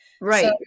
Right